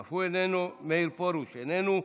אף הוא איננו, מאיר פרוש, איננו,